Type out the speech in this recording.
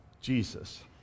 Jesus